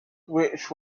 which